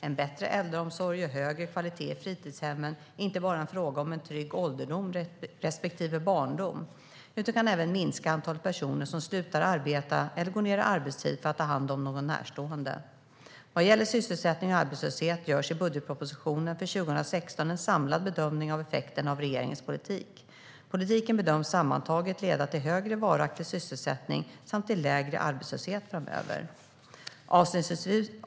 En bättre äldreomsorg och högre kvalitet i fritidshemmen är inte bara en fråga om en trygg ålderdom respektive barndom utan kan även minska antalet personer som slutar arbeta eller går ned i arbetstid för att ta hand om någon närstående. Vad gäller sysselsättning och arbetslöshet görs i budgetpropositionen för 2016 en samlad bedömning av effekterna av regeringens politik. Politiken bedöms sammantaget leda till högre varaktig sysselsättning samt till lägre arbetslöshet framöver.